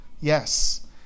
Yes